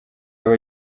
aba